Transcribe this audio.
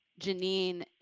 Janine